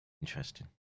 Interesting